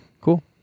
Cool